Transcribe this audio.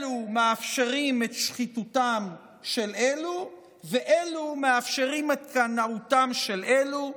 אלו מאפשרים את שחיתותם של אלו ואלו מאפשרים את קנאותם של אלו.